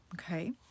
okay